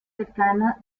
cercana